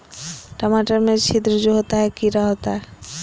टमाटर में छिद्र जो होता है किडा होता है?